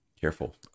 careful